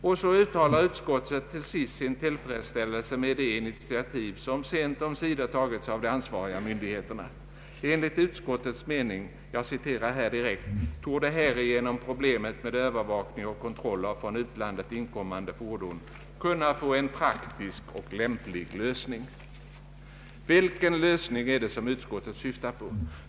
Och så uttalar utskottet till sist sin tillfredsställelse med de initiativ som sent omsider tagits av de ansvariga myndigheterna: ”Enligt utskottets mening torde härigenom problemet med övervakning och kontroll av från utlandet inkommande fordon kunna få en praktisk och lämplig lösning.” Vilken lösning är det som utskottet syftar på?